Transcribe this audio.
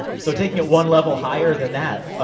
so, taking it one level higher than that,